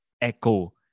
echo